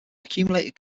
accumulated